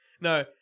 no